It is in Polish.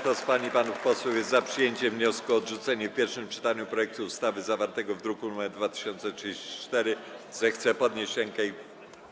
Kto z pań i panów posłów jest za przyjęciem wniosku o odrzucenie w pierwszym czytaniu projektu ustawy zawartego w druku nr 2034, zechce podnieść rękę